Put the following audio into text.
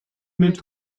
mit